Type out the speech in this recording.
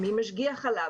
מי משגיח עליו?